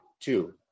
two